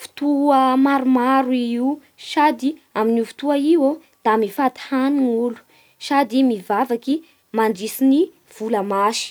fotoa maromaro i io sady amin'io fotoa iô da mifady hany ny olo sady mivavaky mandritsy ny vola masy.